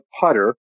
putter